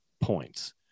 points